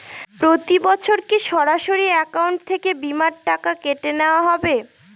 প্রতি বছর কি সরাসরি অ্যাকাউন্ট থেকে বীমার টাকা কেটে নেওয়া হবে?